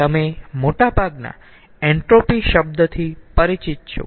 તમે મોટાભાગના એન્ટ્રોપી શબ્દથી પરિચિત છો